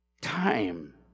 time